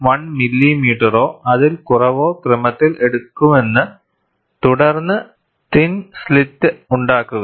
1 മില്ലിമീറ്ററോ അതിൽ കുറവോ ക്രമത്തിൽ എടുക്കുമെന്ന് തുടർന്ന് തിൻ സ്ലിറ്റ് ഉണ്ടാക്കുക